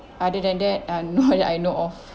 other than uh no that I know of